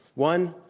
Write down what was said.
one,